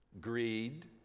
Greed